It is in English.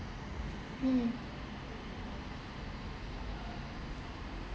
mm